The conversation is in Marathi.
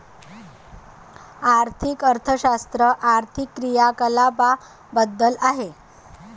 आर्थिक अर्थशास्त्र आर्थिक क्रियाकलापांबद्दल आहे